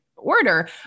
order